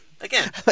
Again